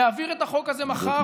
להעביר את החוק הזה מחר,